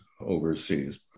overseas